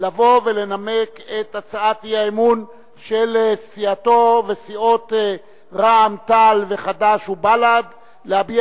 לבוא ולנמק את הצעת סיעתו וסיעות רע"ם-תע"ל וחד"ש ובל"ד להביע